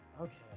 Okay